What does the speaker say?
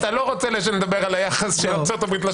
אתה לא רוצה שנדבר על היחס של ארצות-הברית -- טוב,